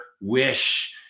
wish